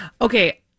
Okay